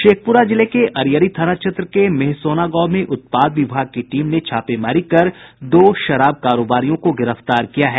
शेखप्रा जिले के अरियरी थाना क्षेत्र के मेहसोना गांव में उत्पाद विभाग की टीम ने छापेमारी कर दो शराब कारोबारियों को गिरफ्तार किया है